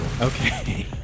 Okay